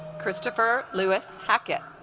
christopher lewis hackett